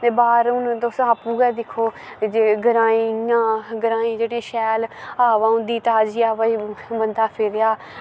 ते बाह्र हून तुस आपूं गै दिक्खो जे ग्राएं इ'यां ग्राएं जेह्ड़े शैल हवा होंदा ताजी हवा च बंदा फिरेआ